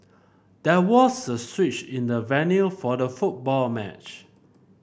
there was a switch in the venue for the football match